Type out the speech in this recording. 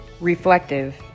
reflective